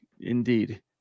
Indeed